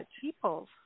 people